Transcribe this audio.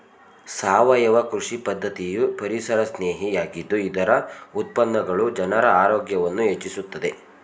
ಸಾವಯವ ಕೃಷಿ ಪದ್ಧತಿಯು ಪರಿಸರಸ್ನೇಹಿ ಆಗಿದ್ದು ಇದರ ಉತ್ಪನ್ನಗಳು ಜನರ ಆರೋಗ್ಯವನ್ನು ಹೆಚ್ಚಿಸುತ್ತದೆ